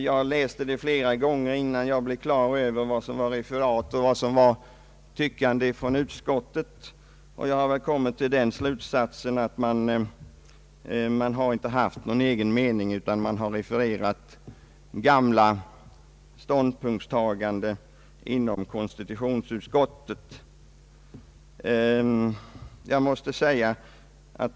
Jag läste utlåtandet flera gånger innan jag blev på det klara med vad som var referat och vad som var tyckande från utskottet. Jag har kommit till den slutsatsen, att man inte haft nå gon egen mening inom konstitutionsutskottet utan direkt refererat gamla ståndpunktstaganden.